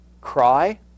cry